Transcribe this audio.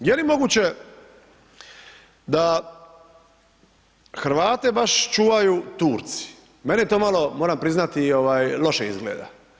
Je li moguće da Hrvate baš čuvaju Turci, meni je to malo, moram priznati loše izgleda.